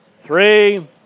three